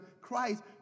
Christ